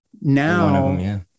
now-